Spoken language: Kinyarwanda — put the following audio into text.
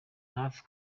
hafi